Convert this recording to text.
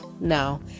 No